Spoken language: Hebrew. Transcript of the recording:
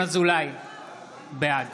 בעד